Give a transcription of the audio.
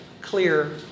clear